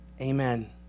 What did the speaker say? Amen